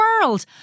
world